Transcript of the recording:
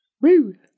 Woo